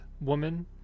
woman